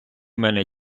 мене